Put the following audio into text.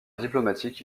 diplomatique